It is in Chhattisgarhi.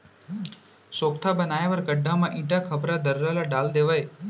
सोख्ता बनाए बर गड्ढ़ा म इटा, खपरा, दर्रा ल डाल देवय